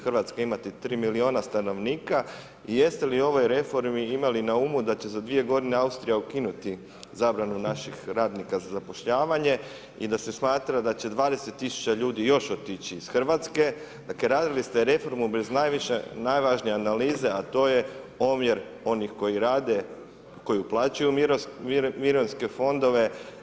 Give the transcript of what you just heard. Hrvatska imati 3 milijuna stanovnika, jeste li u ovoj reformi imali na umu da će za 2. g. Austrija ukinuti zabranu naših radnika za zapošljavanje i da se smatra da će 20 000 ljudi još otići iz Hrvatske, dakle radili ste reformu bez najvažnije analize a to je omjer onih koji rade, koji uplaćuju u mirovinske fondove.